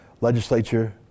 legislature